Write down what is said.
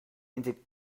into